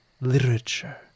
literature